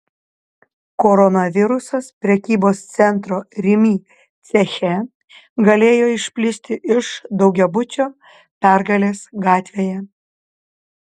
koronavirusas prekybos centro rimi ceche galėjo išplisti iš daugiabučio pergalės gatvėje